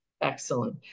Excellent